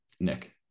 Nick